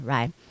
Right